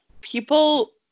people